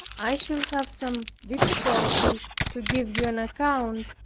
i should have some difficulty to give you an account,